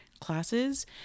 classes